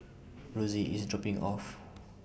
Rosy IS dropping Me off